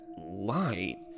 light